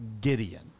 Gideon